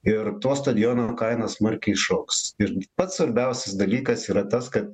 ir to stadiono kaina smarkiai šoks irgi pats svarbiausias dalykas yra tas kad